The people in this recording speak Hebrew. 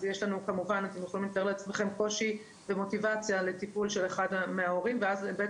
יש לנו כמובן קושי במוטיבציה לטיפול של אחד מההורים ואז בית